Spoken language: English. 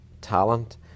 talent